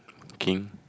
king